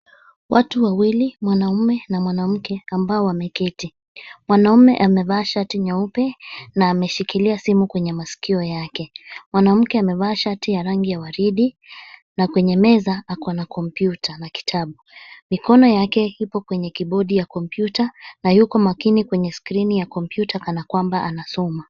Watu wawili, mwanamume na mwanamke, ambao wameketi. Mwanamume amevaa shati nyeupe, na ameshikilia simu kwenye masikio yake. Mwanamke amevaa shati ya rangi ya waridi, na kwenye meza, ako na kompyuta na kitabu. Mikono yake ipo kwenye kibodi ya kompyuta, na yuko makini kwenye skrini ya kompyuta kana kwamba anasoma.